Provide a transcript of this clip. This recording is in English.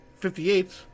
58